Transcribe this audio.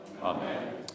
Amen